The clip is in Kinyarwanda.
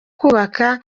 kubaka